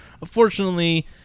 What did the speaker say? unfortunately